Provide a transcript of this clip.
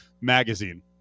magazine